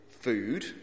food